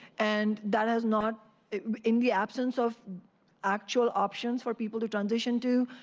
and that has not in the absence of actual options for people to transition to,